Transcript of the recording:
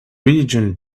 religion